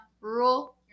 Rural